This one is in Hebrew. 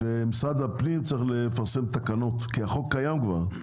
משרד הפנים צריך לפרסם תקנות, כי החוק כבר קיים.